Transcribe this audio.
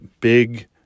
big